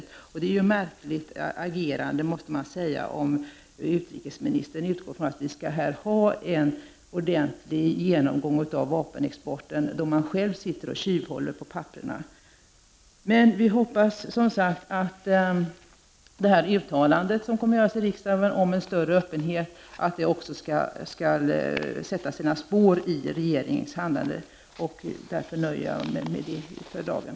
Man måste säga att det är ett märkligt agerande från utrikesministern att själv sitta och tjuvhålla på papperna om han utgår ifrån att vi skall ha en ordentlig genomgång av vapenexporten. Men vi hoppas, som sagt, att riksdagens kommande uttalande om större öppenhet också kommer att sätta sina spår i regeringens handlande, och därför nöjer jag mig med detta för dagen.